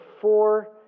four